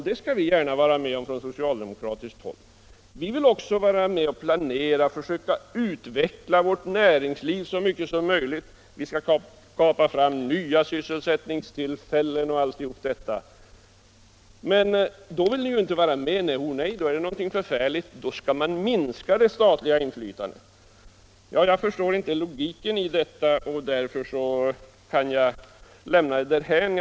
Det skall vi gärna vara med om från socialdemokratiskt håll; vi vill vara med och planera och försöka utveckla vårt näringsliv så mycket som möjligt, skapa nya sysselsättningstillfällen och allt sådant. Men när vi Näringspolitiken Näringspolitiken 170 vill göra det, vill ni inte vara med. Då säger ni att det är någonting förfärligt och att det statliga inflytandet skall minskas. Jag förstår inte logiken i det, och därför kan jag lämna det därhän.